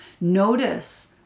Notice